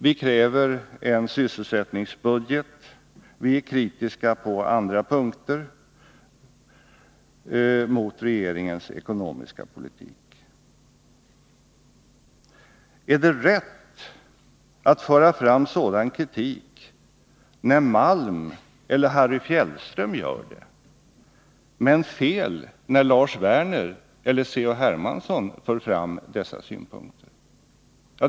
Vi kräver en sysselsättningsbudget, och vi är kritiska på andra punkter mot regeringens ekonomiska politik. Är det rätt att föra fram sådan kritik, när Stig Malm eller Harry Fjällström gör det, men fel, när Lars Werner eller C.-H. Hermansson för fram samma synpunkter?